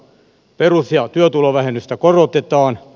perus ja työtulovähennystä korotetaan